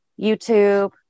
youtube